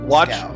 Watch